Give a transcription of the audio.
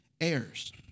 heirs